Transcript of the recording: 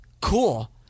cool